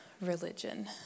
religion